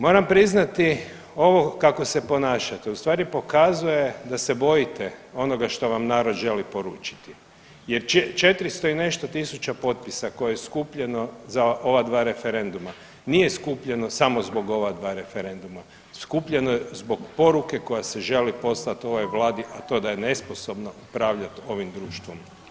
Moram priznati ovo kako se ponašate u stvari pokazuje da se bojite onoga što vam narod želi poručiti, jer 400 i nešto tisuća potpisa koje je skupljeno za ova dva referenduma nije skupljeno samo zbog ova dva referenduma, skupljeno je zbog poruke koja se želi poslati ovoj Vladi, a to da je nesposobna upravljati ovim društvom.